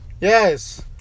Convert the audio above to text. Yes